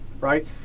right